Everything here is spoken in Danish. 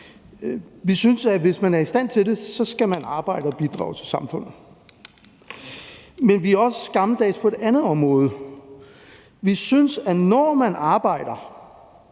vi synes, at hvis man er i stand til det, skal man arbejde og bidrage til samfundet. Men vi er også gammeldags på et andet område, for vi synes, at når man arbejder,